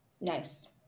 Nice